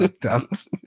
dance